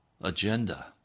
agenda